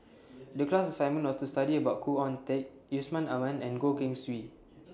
The class assignment was to study about Khoo Oon Teik Yusman Aman and Goh Keng Swee